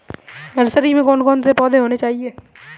Nursery में कौन कौन से पौधे होने चाहिए?